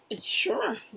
Sure